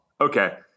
Okay